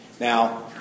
Now